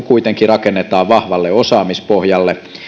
kuitenkin rakennetaan vahvalle osaamispohjalle